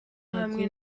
hamwe